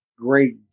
great